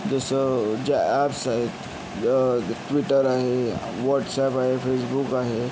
जसं ज्या ॲप्स आहेत ट्विटर आहे व्हाट्सॲप आहे फेसबुक आहे